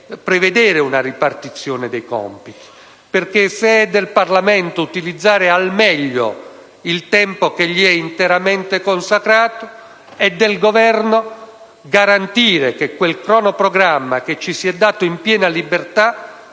prevedere una ripartizione dei compiti. Se è del Parlamento utilizzare al meglio il tempo che gli si è interamente consacrato, è del Governo garantire che quel crono programma che ci si è dati in piena libertà